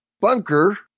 bunker